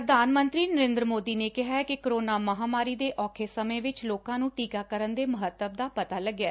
ਪ੍ਰਧਾਨ ਮੰਤਰੀ ਨਰੇਂਦਰ ਮੋਦੀ ਨੇ ਕਿਹੈ ਕਿ ਕਰੋਨਾ ਮਹਾਮਾਰੀ ਦੇ ਔਖੇ ਸਮੇਂ ਵਿਚ ਲੋਕਾਂ ਨੂੰ ਟੀਕਾਕਰਨ ਦੇ ਮਹੱਤਵ ਦਾ ਪਤਾ ਲੱਗਿਐ